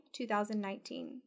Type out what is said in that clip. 2019